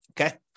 Okay